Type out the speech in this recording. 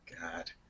God